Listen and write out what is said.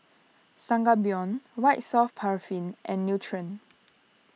Sangobion White Soft Paraffin and Nutren